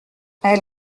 elle